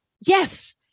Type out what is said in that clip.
Yes